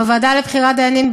בוועדה לבחירת דיינים,